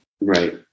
Right